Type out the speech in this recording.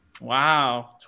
Wow